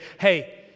hey